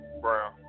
Brown